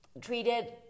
treated